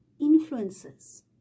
influences